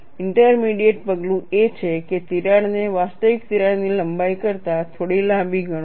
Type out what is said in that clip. intermediate પગલું એ છે કે તિરાડને વાસ્તવિક તિરાડની લંબાઈ કરતાં થોડી લાંબી ગણો